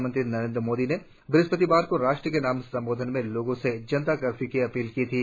प्रधानमंत्री नरेन्द्र मोदी ने बृहस्पतिवार को राष्ट्र के नाम संबोधन में लोगों से जनता कर्फ्यू की अपील की थी